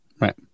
Right